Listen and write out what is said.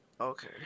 okay